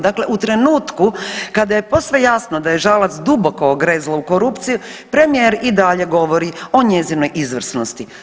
Dakle, u trenutku kada je posve jasno da je Žalac duboko ogrezla u korupciju premijer i dalje govori o njezinoj izvrsnosti.